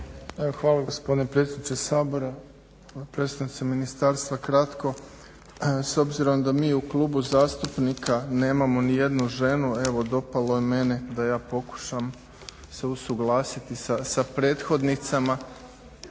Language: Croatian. hvala gospodine predsjedniče Sabora, predstavnice ministarstva, kratko. S obzirom da mi u Klubu zastupnika nemamo ni jednu ženu evo dopalo je mene da ja pokušam usuglasiti se sa prethodnicama,